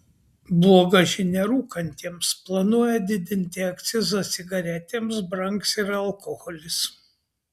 bloga žinia rūkantiems planuoja didinti akcizą cigaretėms brangs ir alkoholis